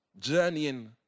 journeying